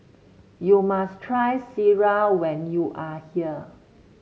you must try Sireh when you are here